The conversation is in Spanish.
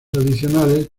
adicionales